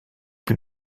plus